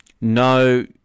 No